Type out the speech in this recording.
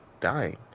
dying